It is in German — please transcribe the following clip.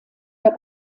der